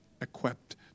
equipped